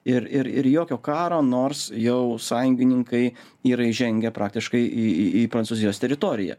ir ir ir jokio karo nors jau sąjungininkai yra įžengę praktiškai į į į prancūzijos teritoriją